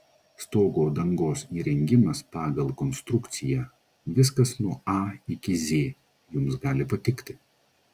stogo dangos įrengimas pagal konstrukciją viskas nuo a iki z jums gali patikti